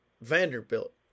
Vanderbilt